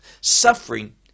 suffering